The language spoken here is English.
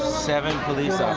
seven police yeah